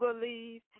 believe